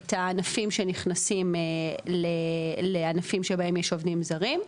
את הענפים שנכנסים לענפים שבהם יש עובדים זרים,